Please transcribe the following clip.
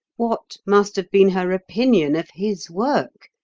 what must have been her opinion of his work?